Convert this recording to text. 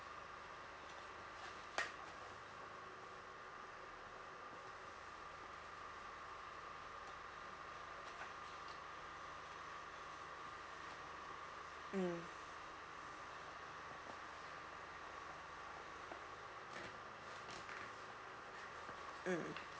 mm mm